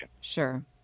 Sure